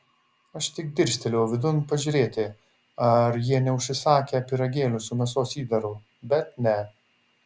aš tik dirstelėjau vidun pažiūrėti ar jie neužsisakę pyragėlių su mėsos įdaru bet ne